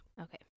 Okay